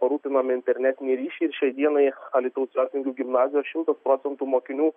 parūpinome internetinį ryšį ir šiai dienai alytaus jotvingių gimnazijos šimtas procentų mokinių